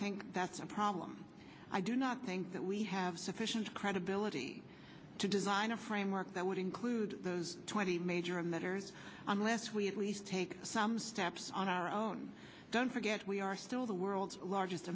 think that's a problem i do not think that we have sufficient credibility to design a framework that would include those twenty major emitters unless we at least take some steps on our own don't forget we are still the world's largest